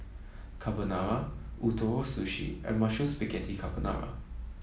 Carbonara Ootoro Sushi and Mushroom Spaghetti Carbonara